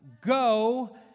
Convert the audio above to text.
Go